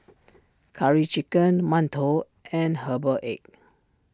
Curry Chicken Mantou and Herbal Egg